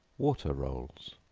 water rolls.